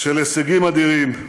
של הישגים אדירים.